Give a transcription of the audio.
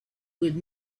would